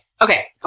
Okay